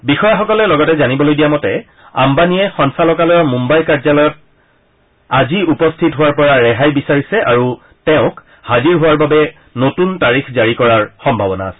বিষয়াসকলে লগতে জনাইছে যে আম্বানিয়ে সঞ্চালকালয়ৰ মুম্বাই কাৰ্যালয়ত আজি উপস্থিত হোৱাৰ পৰা ৰেহাই বিচাৰিছে আৰু তেওঁক হাজিৰ হোৱাৰ বাবে নতুন তাৰিখ জাৰি কৰাৰ সম্ভাৱনা আছে